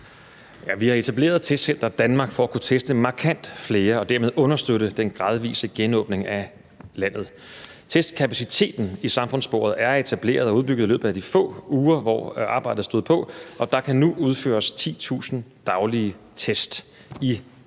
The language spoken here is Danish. Vi har etableret TestCenter Danmark for at kunne teste markant flere og dermed understøtte den gradvise genåbning af landet. Testkapaciteten i samfundssporet er etableret og udbygget i løbet af de få uger, hvor arbejdet stod på, og der kan nu udføres 10.000 daglige test i det